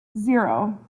zero